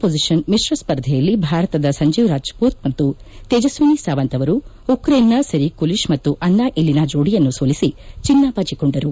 position ಮಿಶ್ರ ಸ್ಪರ್ಧೆಯಲ್ಲಿ ಭಾರತದ ಸಂಜೀವ್ ರಾಜ್ಪೂತ್ ಮತ್ತು ತೇಜಸ್ವಿನಿ ಸಾವಂತ್ ಅವರು ಉಕ್ರೇನ್ನ ಸೆರಿ ಕುಲಿಷ್ ಮತ್ತು ಅನ್ನಾ ಇಲಿನಾ ಜೋಡಿಯನ್ನು ಸೋಲಿಸಿ ಚಿನ್ನಬಾಚಿಕೊಂಡರು